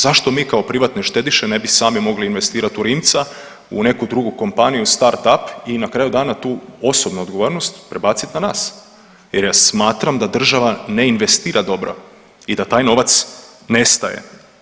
Zašto mi kao privatni štediše ne bi sami mogli investirati u Rimca, u neku drugu kompaniju statup i na kraju dana, tu osobnu odgovornost prebaciti na nas jer ja smatram da država ne investira dobro i da taj novac nestaje.